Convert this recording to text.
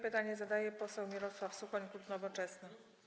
Pytanie zadaje poseł Mirosław Suchoń, klub Nowoczesna.